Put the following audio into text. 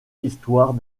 histoire